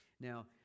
Now